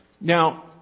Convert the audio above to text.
Now